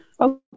Okay